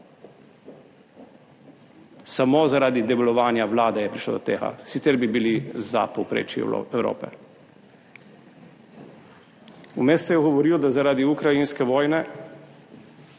Samo zaradi delovanja vlade je prišlo do tega, sicer bi bili za povprečjem Evrope. Vmes se je govorilo, da bo zaradi ukrajinske vojne